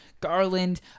Garland